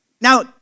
Now